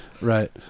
Right